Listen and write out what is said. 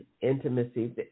intimacy